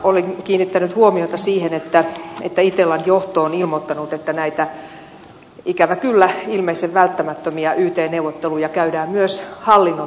olen kiinnittänyt huomiota siihen että itellan johto on ilmoittanut että näitä ikävä kyllä ilmeisen välttämättömiä yt neuvotteluja käydään myös hallinnon tehtävistä